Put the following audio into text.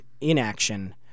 inaction